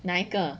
哪一个